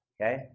Okay